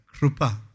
krupa